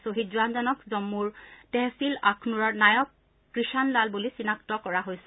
খহীদ জোৱানজনক জম্মুৰ টেহছিল আখনুৰৰ নায়ক কৃষাণ লাল বুলি চিনাক্ত কৰা হৈছে